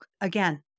again